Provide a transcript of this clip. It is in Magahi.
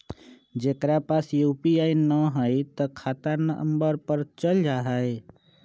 जेकरा पास यू.पी.आई न है त खाता नं पर चल जाह ई?